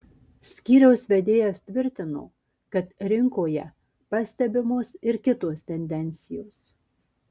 skyriaus vedėjas tvirtino kad rinkoje pastebimos ir kitos tendencijos